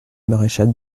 maréchal